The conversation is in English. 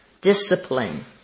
discipline